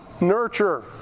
nurture